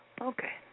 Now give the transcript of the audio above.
Okay